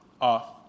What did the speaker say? off